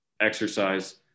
exercise